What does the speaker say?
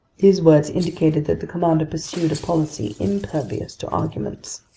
these words indicated that the commander pursued a policy impervious to arguments.